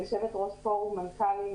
יושבת-ראש פורום מנכ"לים,